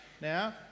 now